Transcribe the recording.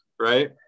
right